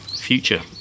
future